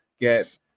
get